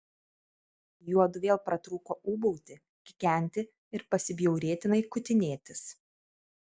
juodu vėl pratrūko ūbauti kikenti ir pasibjaurėtinai kutinėtis